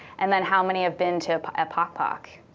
and then how many have been to a pok pok?